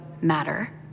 matter